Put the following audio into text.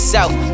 South